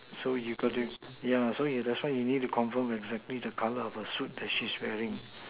so you got to yeah so you that's why that' why you need to confirm exactly the colour of the suit that she's wearing